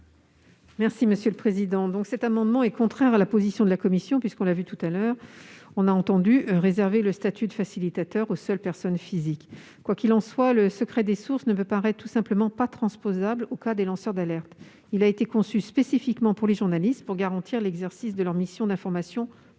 l'avis de la commission ? Cet amendement est contraire à la position de la commission, qui a entendu réserver le statut de facilitateur aux seules personnes physiques. Quoi qu'il en soit, le secret des sources ne me paraît tout simplement pas transposable au cas des lanceurs d'alerte. Il a été conçu spécifiquement pour les journalistes, pour garantir l'exercice de leur mission d'information du public.